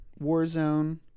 Warzone